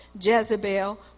Jezebel